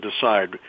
decide